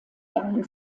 dahin